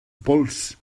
pols